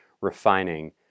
refining